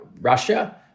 Russia